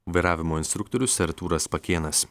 vairavimo instruktorius artūras pakėnas